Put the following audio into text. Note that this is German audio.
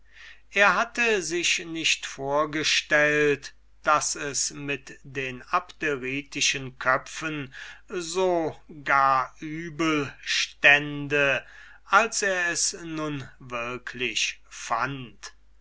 er hatte sich nicht vorgestellt daß es mit den abderitischen köpfen so gar übel stünde als er es nun wirklich befand